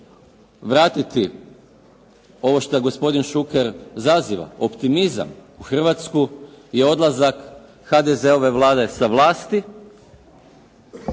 vratiti ovo što je gospodin Šuker zaziva optimizam u Hrvatsku je odlazak HDZ-ove Vlade sa vlasti